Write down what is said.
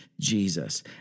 Jesus